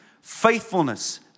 faithfulness